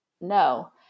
no